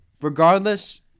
regardless